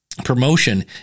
promotion